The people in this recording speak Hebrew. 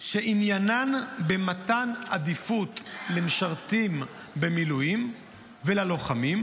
שעניינן מתן עדיפות למשרתים במילואים וללוחמים,